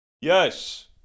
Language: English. Yes